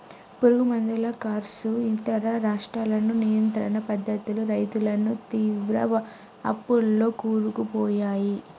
పురుగు మందుల కర్సు ఇతర నష్టాలను నియంత్రణ పద్ధతులు రైతులను తీవ్ర అప్పుల్లో కూరుకుపోయాయి